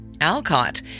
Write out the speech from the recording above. Alcott